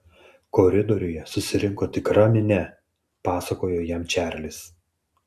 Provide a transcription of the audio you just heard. koridoriuje susirinko tikra minia pasakojo jam čarlis